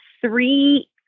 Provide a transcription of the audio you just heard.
three